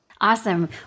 Awesome